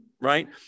right